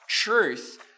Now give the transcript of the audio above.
truth